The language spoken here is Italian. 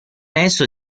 esso